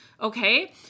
Okay